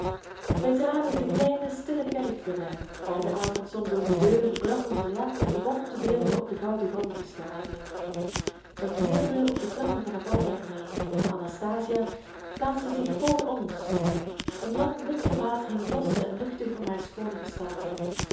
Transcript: wij traden de kleine stille kerk binnen waar de avondzon door de deur de brandende lamp en de bonte beelden op den gouden grond bestraalde wij knielden op de trappen van het altaar neer en anastasia plaatste zich voor ons een lang wit gewaad hing los en luchtig om haar schoone gestalte